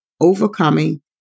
overcoming